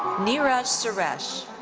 niraj suresh.